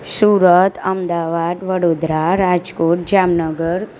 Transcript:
Surat Ahmedabad Vadodara Rajkot Jamnagar